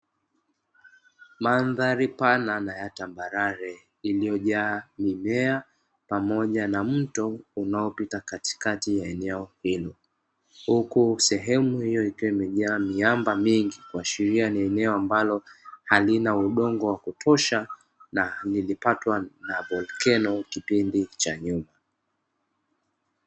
Mandhari pana na tambarare iliyojaa mimea pamoja na mto unaopita katikati ya eneo hilo, huku sehemu hiyo ikiwa imejaa miamba mingi ikiashiria ni eneo ambalo halina udongo wa kutosha, na ni lilipatwa na velikeno kipindi cha nyuma.